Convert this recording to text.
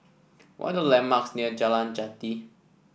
what the landmarks near Jalan Jati